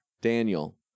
Daniel